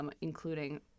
including